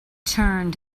turned